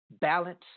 balance